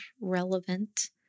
relevant